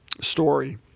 story